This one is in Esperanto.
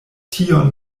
tion